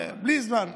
בלי זמן.